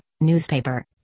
newspaper